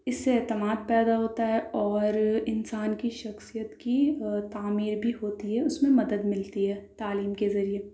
اس سے اعتماد پیدا ہوتا ہے اور انسان کی شخصیت کی تعمیر بھی ہوتی ہے اس میں مدد ملتی ہے تعلیم کے ذریعے